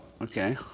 okay